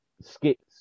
skits